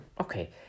okay